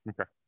Okay